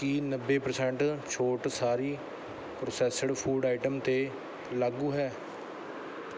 ਕੀ ਨੱਬੇ ਪਰਸੇੰਟ ਛੋਟ ਸਾਰੀ ਪ੍ਰੋਸੈਸਡ ਫੂਡ ਆਈਟਮ 'ਤੇ ਲਾਗੂ ਹੈ